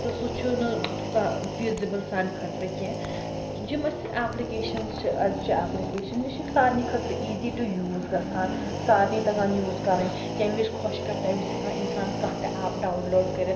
تہٕ سُہ چھُنہٕ تیٛوٗتاہ فیٖزِبٕل سانہِ خٲطرٕ کیٚنٛہہ یِم اسہِ ایپلِکیشَنٕز چھِ أزچہِ ایٚپلِکیشَنٕز یہِ چھِ سارنٕے خٲطرٕ ایٖزی ٹُو یوٗز گژھان سارنٕے تَگان یوٗز کَرٕنۍ ییٚمہِ وِزِ خۄش کَر تَمہِ وِزِ ہیٚکان اِنسان کانٛہہ تہِ ایپ ڈاوُن لوڈ کٔرِتھ